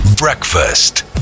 Breakfast